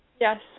Yes